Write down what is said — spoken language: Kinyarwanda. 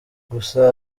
gusa